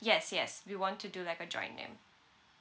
yes yes we want to do like a joint name